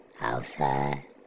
Outside